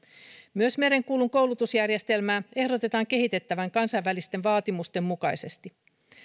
myös merenkulun koulutusjärjestelmää ehdotetaan kehitettävän kansainvälisten vaatimusten mukaisesti